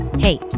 Hey